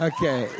Okay